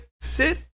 sit